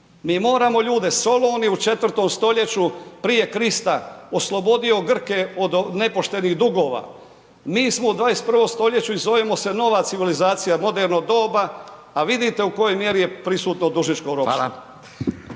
Mi moramo ljude, Solon je u 4. stoljeću prije Krista oslobodio Grke od nepoštenih dugova. Mi smo u 21. stoljeću i zovemo se nova civilizacija, moderno doba a vidite u kojoj mjeri je prisutno dužničko ropstvo.